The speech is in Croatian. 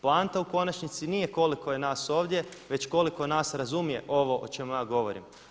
Poanta u konačnici nije koliko je nas ovdje već koliko nas razumije ovo o čemu ja govorim.